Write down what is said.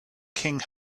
king